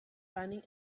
running